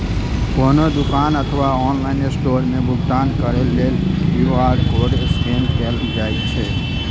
कोनो दुकान अथवा ऑनलाइन स्टोर मे भुगतान करै लेल क्यू.आर कोड स्कैन कैल जाइ छै